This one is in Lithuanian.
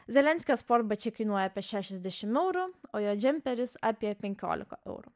zelenskio sportbačiai kainuoja apie šešiasdešimt eurų o jo džemperis apie penkioliką eurų